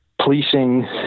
policing